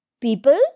people